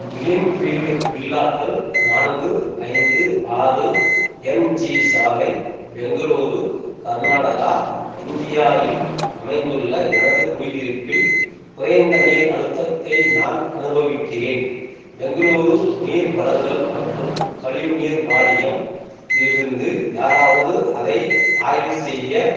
greenfield வில்லாக்கள் நான்கு ஐந்து ஆறு எம்ஜி சாலை பெங்களூரு கர்நாடகா இந்தியாவில் அமைந்துள்ள எனது குடியிருப்பில் குறைந்த நீர் அழுத்தத்தை நான் அனுபவிக்கிறேன் பெங்களூரு நீர் வழங்கல் மற்றும் கழிவுநீர் வாரியம் இதிலிருந்து யாராவது அதை ஆய்வு செய்ய